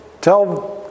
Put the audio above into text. tell